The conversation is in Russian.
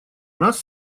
нас